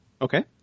Okay